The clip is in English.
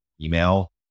email